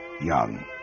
young